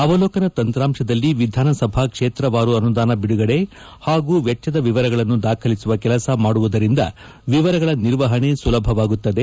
ಅವಲೋಕನ ತಂತ್ರಾಂಶದಲ್ಲಿ ವಿಧಾನಸಭಾ ಕ್ಷೇತ್ರವಾರು ಅನುದಾನ ಬಿಡುಗಡೆ ಹಾಗೂ ವೆಚ್ಚದ ವಿವರಗಳನ್ನು ದಾಖಲಿಸುವ ಕೆಲಸ ಮಾಡುವುದರಿಂದ ವಿವರಗಳ ನಿರ್ವಹಣೆ ಸುಲಭವಾಗುತ್ತದೆ